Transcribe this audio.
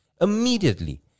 immediately